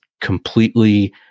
completely